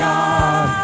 God